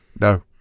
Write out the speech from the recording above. No